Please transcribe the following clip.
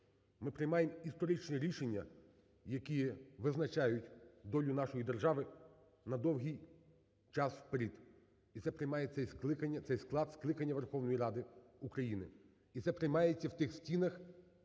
ми приймаємо історичні рішення, які визначають долю нашої держави на довгий час вперед. І це приймає цей склад скликання Верховної Ради України, і це приймається в цих стінах